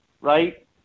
right